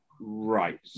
right